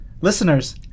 Listeners